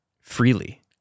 freely